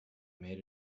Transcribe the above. made